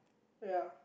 ya